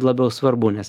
labiau svarbu nes